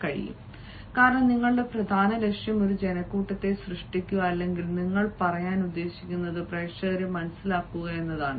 കാരണം നിങ്ങളുടെ പ്രധാന ലക്ഷ്യം ഒരു ജനക്കൂട്ടത്തെ സൃഷ്ടിക്കുക അല്ലെങ്കിൽ നിങ്ങൾ പറയാൻ ഉദ്ദേശിക്കുന്നത് പ്രേക്ഷകരെ മനസ്സിലാക്കുക എന്നതാണ്